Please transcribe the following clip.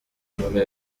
muri